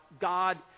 God